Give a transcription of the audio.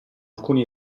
alcuni